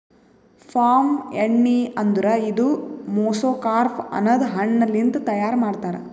palm ಎಣ್ಣಿ ಅಂದುರ್ ಇದು ಮೆಸೊಕಾರ್ಪ್ ಅನದ್ ಹಣ್ಣ ಲಿಂತ್ ತೈಯಾರ್ ಮಾಡ್ತಾರ್